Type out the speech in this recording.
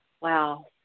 Wow